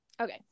Okay